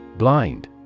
Blind